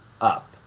up